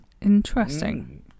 Interesting